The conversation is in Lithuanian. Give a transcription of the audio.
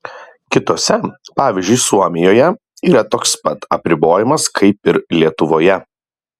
kitose pavyzdžiui suomijoje yra toks pat apribojimas kaip ir lietuvoje